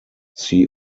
see